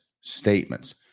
statements